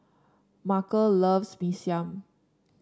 Markel loves Mee Siam